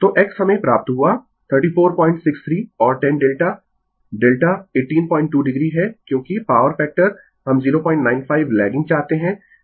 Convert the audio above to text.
तो x हमें प्राप्त हुआ 3463 और tan डेल्टा डेल्टा 182 o है क्योंकि पॉवर फैक्टर हम 095 लैगिंग चाहते है